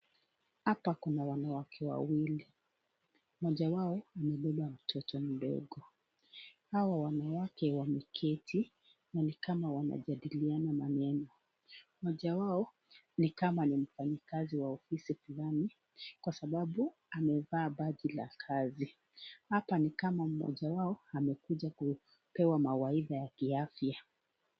Hapa kuna wanawake wawili, mmoja wao amebeba mtoto mdogo. Hao wanawake wameketi na ni kama wanajadiliana maneno, mmoja wao ni kama ni mfanyikazi wa ofisi fulani kwa sababu amevaa baji la kazi, hapa ni kama mmoja wao amekuja kupewa mawaidha ya kiafya.